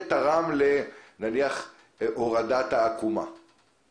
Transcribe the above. תרם להורדת העקומה אל מול שיטות האחרות.